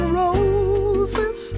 roses